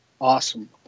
awesome